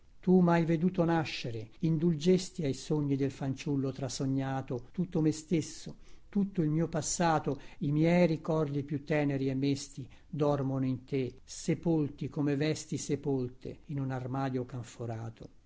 tu mhai veduto nascere indulgesti ai sogni del fanciullo trasognato tutto me stesso tutto il mio passato i miei ricordi più teneri e mesti dormono in te sepolti come vesti sepolte in un armadio canforato